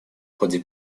ходе